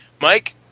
Mike